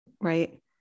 right